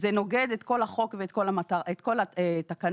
זה נוגד את כל החוק ואת כל התקנות,